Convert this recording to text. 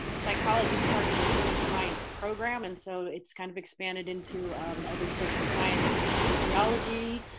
psychology's part of the social science program and so it's kind of expanded into other social science. sociology,